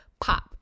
pop